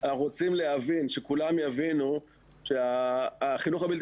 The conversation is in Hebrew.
אנחנו רוצים שכולם יבינו שהחינוך הבלתי